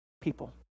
people